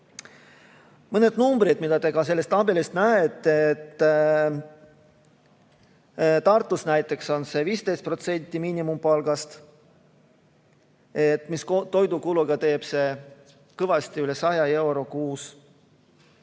mõnest numbrist, mida te selles tabelis näete. Tartus näiteks on see 15% miinimumpalgast. Koos toidukuluga teeb see kõvasti üle 100 euro kuus.